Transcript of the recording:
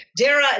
Dara